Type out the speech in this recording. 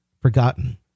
forgotten